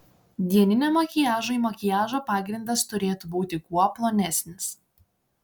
dieniniam makiažui makiažo pagrindas turėtų būti kuo plonesnis